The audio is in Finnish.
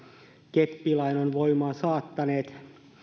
keppilain ovat voimaan saattaneet